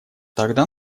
тогда